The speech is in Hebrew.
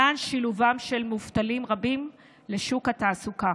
למען שילובם של מובטלים רבים בשוק התעסוקה.